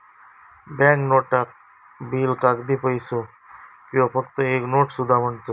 bank नोटाक bill, कागदी पैसो किंवा फक्त एक नोट सुद्धा म्हणतत